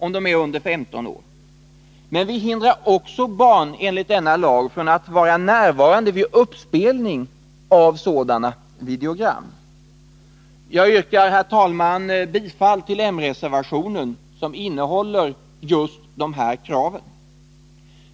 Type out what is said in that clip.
Enligt denna lag hindrar vi också barn från att vara närvarande vid uppspelning av sådana videogram. Jag yrkar, herr talman, bifall till m-reservationen, som innehåller just dessa krav.